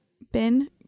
Ben